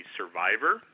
survivor